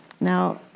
Now